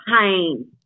pain